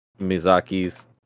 Mizaki's